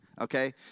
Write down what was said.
okay